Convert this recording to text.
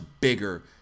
bigger